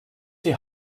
die